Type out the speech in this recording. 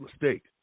mistake